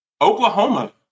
Oklahoma